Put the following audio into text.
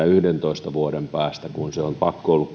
yhdentoista vuoden päästä kun on pakko ollut